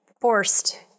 forced